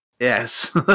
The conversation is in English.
Yes